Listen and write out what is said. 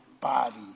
body